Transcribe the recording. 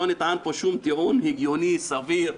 לא נטען פה שום טיעון הגיוני, סביר,